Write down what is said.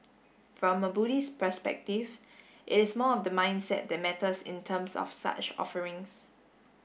from a Buddhist perspective it is more of the mindset that matters in terms of such offerings